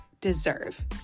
deserve